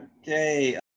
Okay